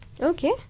Okay